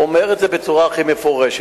אני אומר בצורה הכי מפורשת,